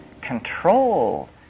control